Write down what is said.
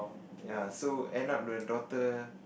ya so end up the daughter